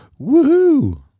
woohoo